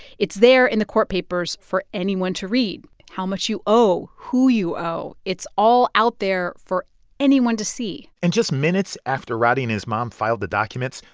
it's there in the court papers for anyone to read how much you owe, who you owe. it's all out there for anyone to see and just minutes after roddey and his mom filed the documents,